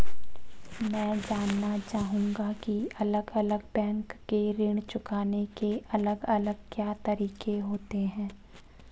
मैं जानना चाहूंगा की अलग अलग बैंक के ऋण चुकाने के अलग अलग क्या तरीके होते हैं?